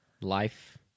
life